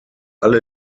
alle